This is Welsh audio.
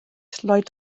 lloyd